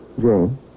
Jane